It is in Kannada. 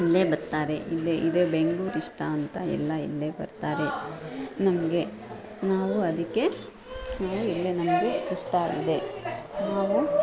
ಇಲ್ಲೇ ಬರ್ತಾರೆ ಇಲ್ಲೇ ಇದೆ ಬೆಂಗ್ಳೂರು ಇಷ್ಟ ಅಂತ ಎಲ್ಲ ಇಲ್ಲೇ ಬರ್ತಾರೆ ನಮಗೆ ನಾವು ಅದಕ್ಕೆ ನಾವು ಇಲ್ಲೇ ನಮಗೆ ಇಷ್ಟ ಇದೆ ನಾವು